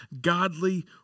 godly